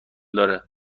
داره